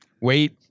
wait